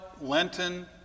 Lenten